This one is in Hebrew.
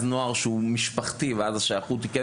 נוער שהוא משפחתי ואז השייכות היא משפחתית.